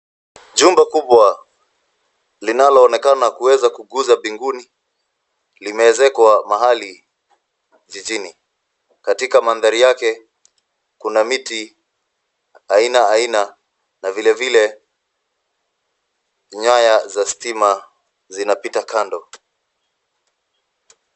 Jumba kubwa linaloonekana kuweza kuguza mbinguni limeezekwa mahali jijini. Katika mandhari yake kuna miti aina aina na vile vile nyaya za stima zinapita kando.